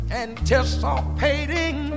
anticipating